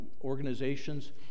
organizations